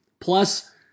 Plus